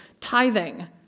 tithing